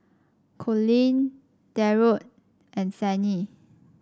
Collin Darold and Sannie